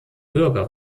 bürger